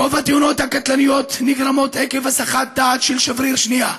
רוב התאונות הקטלניות נגרמות עקב הסחת דעת של שבריר שנייה.